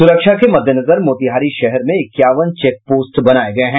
सुरक्षा के मद्देनजर मोतिहारी शहर में इक्यावन चेक पोस्ट बनाये गये हैं